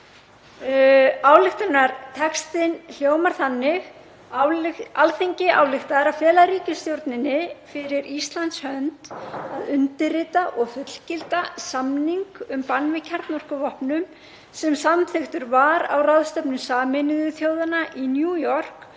Ályktunartextinn hljómar þannig: „Alþingi ályktar að fela ríkisstjórninni fyrir Íslands hönd að undirrita og fullgilda samning um bann við kjarnorkuvopnum sem samþykktur var á ráðstefnu Sameinuðu þjóðanna í New York